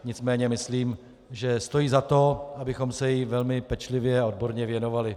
Nicméně myslím, že stojí za to, abychom se jí velmi pečlivě a odborně věnovali.